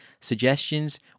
suggestions